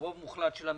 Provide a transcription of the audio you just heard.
ברוב מוחלט של המקרים,